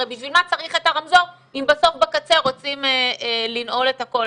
הרי בשביל מה צריך את הרמזור אם בסוף בקצה רוצים לנעול את הכול?